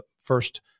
first